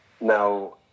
Now